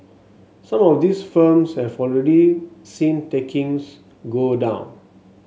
some of these firms have already seen takings go down